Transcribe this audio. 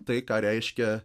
tai ką reiškia